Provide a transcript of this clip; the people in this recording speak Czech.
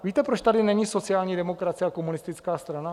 Víte, proč tady není sociální demokracie a komunistická strana?